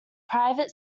private